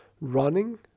running